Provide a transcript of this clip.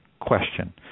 question